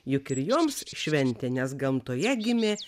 juk ir joms šventė nes gamtoje gimė